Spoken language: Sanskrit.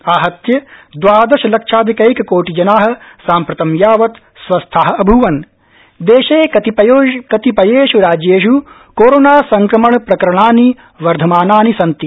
आहत्य द्वादश लक्षाधिकैककोटिजना साम्प्रतं यावत् स्वस्था अभ्वस्था देशे कतिपयेष् राज्येष् कोरोनासंक्रमण प्रकरणानि वर्धमानानि सन्ति